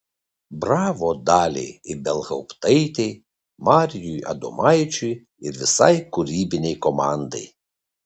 bravo daliai ibelhauptaitei marijui adomaičiui ir visai kūrybinei komandai